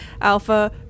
Alpha